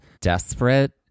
desperate